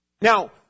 Now